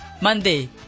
Monday